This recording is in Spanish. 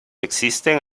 existen